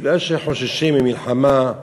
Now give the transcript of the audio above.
בגלל שחוששים ממלחמה,